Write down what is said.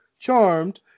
Charmed